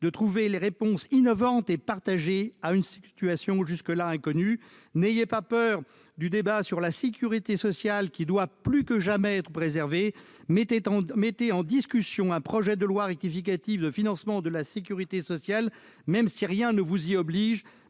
de trouver les réponses innovantes et partagées à une situation jusque-là inconnue ! N'ayez pas peur du débat sur la sécurité sociale, qui doit plus que jamais être préservée ! Mettez en discussion un projet de loi de financement rectificative de la sécurité sociale, même si rien ne vous y oblige.